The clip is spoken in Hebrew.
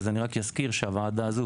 אז אני אזכיר שהוועדה הזו,